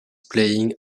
playing